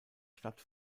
stadt